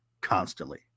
constantly